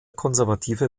konservative